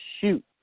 shoot